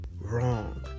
wrong